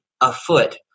afoot